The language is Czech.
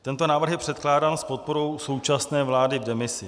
Tento návrh je předkládán s podporou současné vlády v demisi.